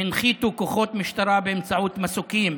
הנחיתו כוחות משטרה באמצעות מסוקים